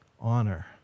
honor